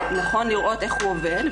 שנכון לראות איך הוא עובד,